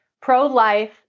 pro-life